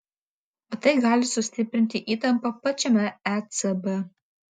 o tai gali sustiprinti įtampą pačiame ecb